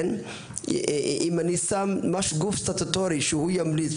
אם אני שם גוף סטטוטורי שהוא ימליץ,